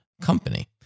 company